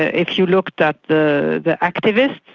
if you looked at the the activists,